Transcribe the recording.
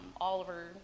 Oliver